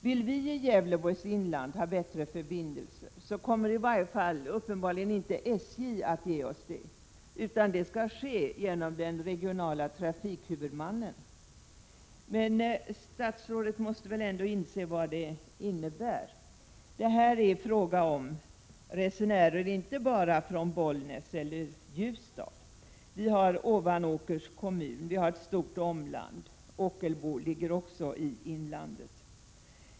Om vi i Gävleborgs inland vill ha bättre förbindelser kommer uppenbarligen inte SJ att ge oss det, utan det skall ske genom den regionala trafikhuvudmannen. Statsrådet måste väl ändå inse vad detta innebär! Det är fråga om resenärer inte bara från Bollnäs eller Ljusdal. Vi har ett stort omland, och vi har Ovanåkers kommun och Ockelbo, som också ligger i inlandet.